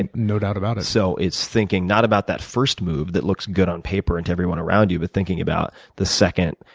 and no doubt about it. so it's thinking not about that first move that looks good on paper and to everyone around you, but thinking about the second,